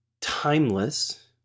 timeless